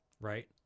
Right